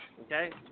okay